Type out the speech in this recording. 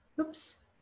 Oops